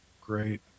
Great